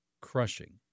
crushing